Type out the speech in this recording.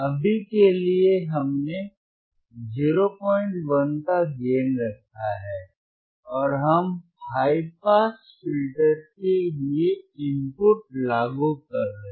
अभी के लिए हमने 01 का गेन रखा है और हम हाई पास फिल्टर के लिए इनपुट लागू कर रहे हैं